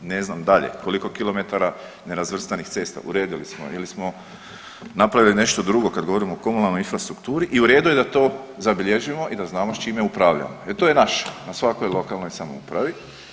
Ne znam dalje koliko kilometara nerazvrstanih cesta uredili smo ili smo napravili nešto drugo kad govorimo o komunalnoj infrastrukturi i u redu je da to zabilježimo i da znamo s čime upravljamo, jer to je naše na svakoj lokalnoj samoupravi.